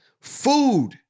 food